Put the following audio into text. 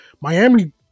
Miami